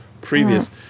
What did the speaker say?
previous